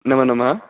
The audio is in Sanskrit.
नमो नमः